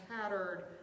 tattered